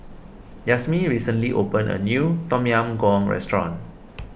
Yazmin recently opened a new Tom Yam Goong restaurant